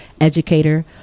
Educator